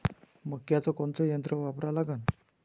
मक्याचं कोनचं यंत्र वापरा लागन?